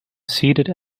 seated